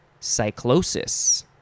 cyclosis